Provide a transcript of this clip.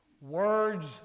words